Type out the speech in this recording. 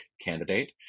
candidate